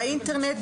באינטרנט,